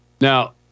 now